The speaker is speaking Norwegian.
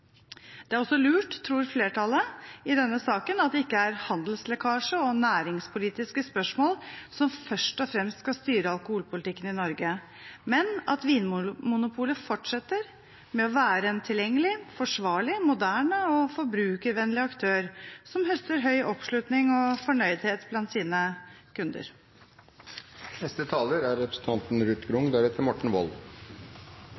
Det er også lurt, tror flertallet i denne saken, at det ikke er handelslekkasje og næringspolitiske spørsmål som først og fremst skal styre alkoholpolitikken i Norge, men at Vinmonopolet fortsetter med å være en tilgjengelig, forsvarlig, moderne og forbrukervennlig aktør som har høy oppslutning og